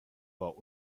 war